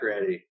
ready